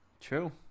True